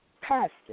Pastor